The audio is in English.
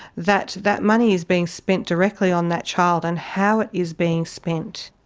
that that money is being spent directly on that child and how it is being spent.